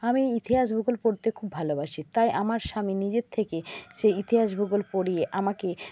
আমি ইতিহাস ভূগোল পড়তে খুব ভালোবাসি তাই আমার স্বামী নিজের থেকে সেই ইতিহাস ভূগোল পড়িয়ে আমাকে